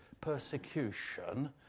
persecution